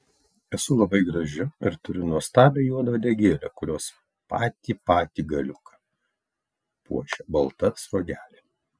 esu labai graži ir turiu nuostabią juodą uodegėlę kurios patį patį galiuką puošia balta sruogelė